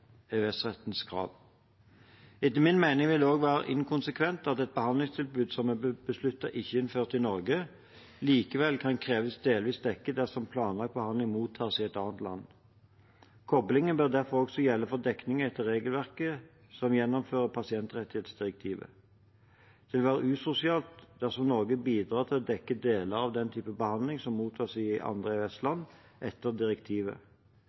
krav. Etter min mening vil det også være inkonsekvent at et behandlingstilbud som er besluttet ikke innført i Norge, likevel kan kreves delvis dekket dersom planlagt behandling mottas i et annet land. Koblingen bør derfor også gjelde for dekning etter regelverket som gjennomfører pasientrettighetsdirektivet. Det vil være usosialt dersom Norge bidrar til å dekke deler av den type behandling som mottas i andre EØS-land etter direktivet.